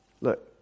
Look